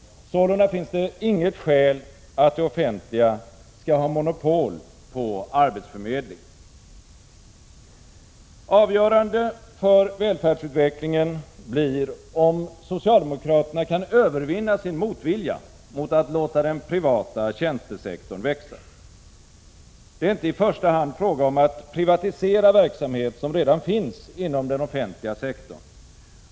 Sålunda finns det inget skäl till att det offentliga skall ha monopol på arbetsförmedling. Avgörande för välfärdsutvecklingen blir om socialdemokraterna kan övervinna sin motvilja mot att låta den privata tjänstesektorn växa. Det är inte i första hand fråga om att privatisera verksamhet som redan finns inom den offentliga sektorn.